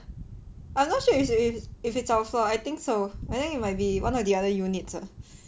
I'm not sure if if if it's outside I think so I think it might be one of the other units ah